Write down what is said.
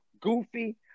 Goofy